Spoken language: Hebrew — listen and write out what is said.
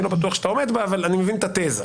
אני לא בטוח שאתה עומד בה אבל אני מבין את התזה.